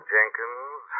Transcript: Jenkins